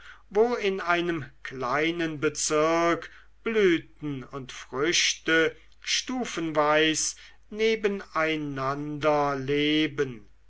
wo in einem kleinen bezirk blüten und früchte stufenweis nebeneinander leben